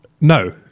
No